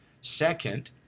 Second